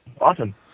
Awesome